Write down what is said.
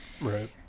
right